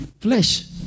Flesh